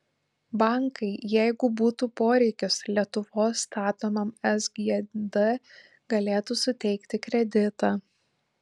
bankai jeigu būtų poreikis lietuvos statomam sgd galėtų suteikti kreditą